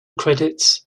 credits